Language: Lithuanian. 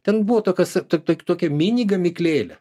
ten buvo tokias to tokia mini gamyklėlė